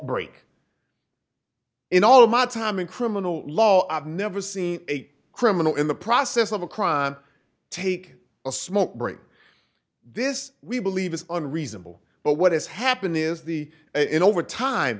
break in all my time in criminal law i've never seen a criminal in the process of a crime take a smoke break this we believe is unreasonable but what has happen is the in over time